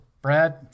Brad